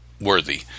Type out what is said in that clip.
worthy